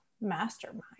mastermind